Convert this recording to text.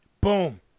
boom